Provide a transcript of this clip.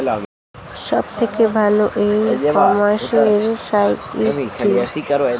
সব থেকে ভালো ই কমার্সে সাইট কী?